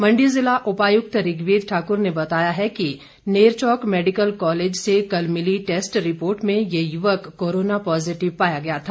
मंडी जिला उपायुक्त ऋग्वेद ठाकुर ने बताया है कि नेरचौक मेडिकल कॉलेज से कल मिली टैस्ट रिपोर्ट में ये युवक कोरोना पॉजिटिव पाया गया था